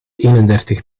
eenendertig